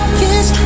kiss